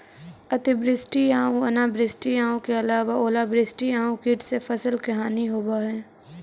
अतिवृष्टि आऊ अनावृष्टि के अलावा ओलावृष्टि आउ कीट से फसल के हानि होवऽ हइ